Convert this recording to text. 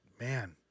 man